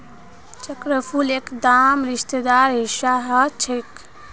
चक्रफूल एकदम सितारार हिस्सा ह छेक